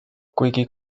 kuigi